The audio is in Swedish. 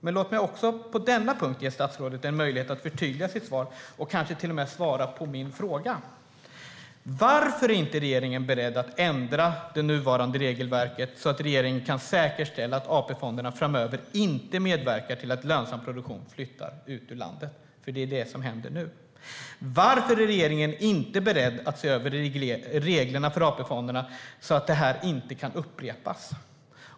Men låt mig också på denna punkt ge statsrådet en möjlighet att förtydliga sitt svar och kanske till och med svara på mina frågor: Varför är inte regeringen beredd att ändra det nuvarande regelverket så att regeringen kan säkerställa att AP-fonderna framöver inte medverkar till att lönsam produktion flyttar ut ur landet? Det är ju det som händer nu. Varför är regeringen inte beredd att se över reglerna för AP-fonderna så att det här inte kan upprepas?